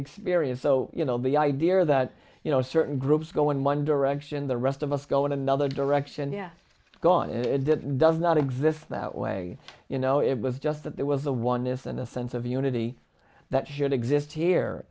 experience so you know the idea that you know certain groups go in one direction the rest of us go in another direction yeah gone and it did and does not exist that way you know it was just that there was the oneness and a sense of unity that should exist here